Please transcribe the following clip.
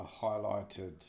highlighted